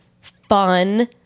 fun